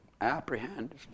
apprehend